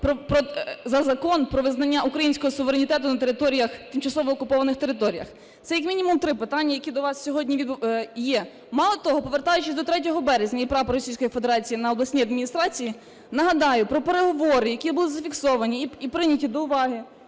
за Закон про визнання українського суверенітету на територіях, тимчасово окупованих територіях? Це як мінімум три питання, які до вас сьогодні є. Мало того, повертаючись до 3 березня і прапора Російської Федерації на обласній адміністрації, нагадаю про переговори, які були зафіксовані і прийняті до уваги